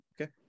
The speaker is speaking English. Okay